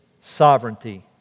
sovereignty